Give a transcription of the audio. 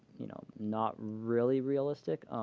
you know, not really realistic.